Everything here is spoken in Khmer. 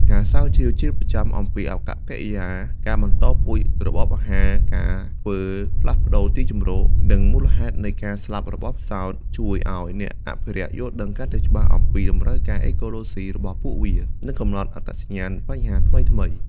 ការស្រាវជ្រាវជាប្រចាំអំពីអាកប្បកិរិយា ការបន្តពូជ របបអាហារ ការធ្វើផ្លាស់ប្តូរទីជម្រក និងមូលហេតុនៃការស្លាប់របស់ផ្សោត ជួយឱ្យអ្នកអភិរក្សយល់ដឹងកាន់តែច្បាស់អំពីតម្រូវការអេកូឡូស៊ីរបស់ពួកវា និងកំណត់អត្តសញ្ញាណបញ្ហាថ្មីៗ។